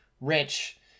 rich